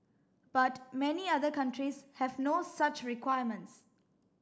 but many other countries have no such requirements